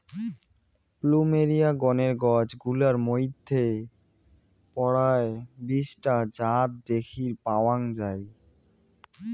plumeria গণের গছ গুলার মইধ্যে পরায় বিশ টা জাত দ্যাখির পাওয়াং যাই